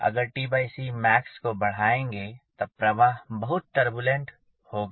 अगर max को बढ़ाएंगे तब प्रवाह बहुत टुर्बुलेंट होगा